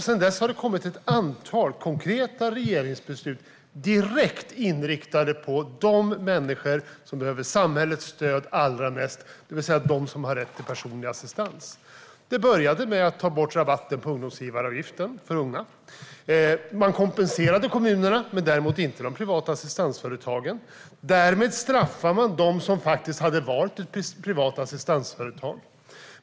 Sedan dess har det kommit ett antal konkreta regeringsbeslut direkt riktade mot de människor som behöver samhällets stöd allra mest, det vill säga de som har rätt till personlig assistans. Det började med att man tog bort rabatten på arbetsgivaravgiften för unga. Man kompenserade kommunerna men däremot inte de privata assistansföretagen. Därmed straffar man dem som har valt ett privat assistansföretag.